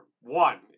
one